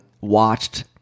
watched